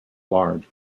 large